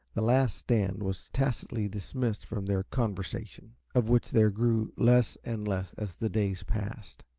the last stand was tacitly dismissed from their conversation, of which there grew less and less as the days passed.